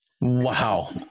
Wow